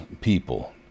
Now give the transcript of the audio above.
people